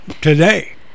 today